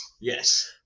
yes